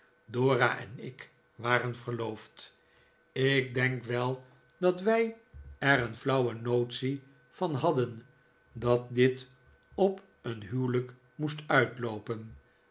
dora en ik waren verloofd ik denk wel dat wij er een flauwe notie van hadden dat dit op een huwelijk moest uitloopen